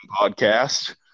podcast